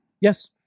Yes